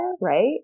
right